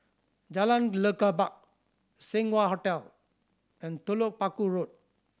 Jalan Lekub Seng Wah Hotel and Telok Paku Road